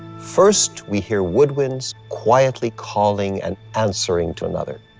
first we hear woodwinds quietly calling and answering to another.